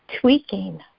tweaking